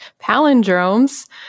Palindromes